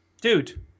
Dude